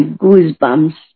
goosebumps